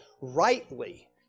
rightly